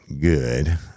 good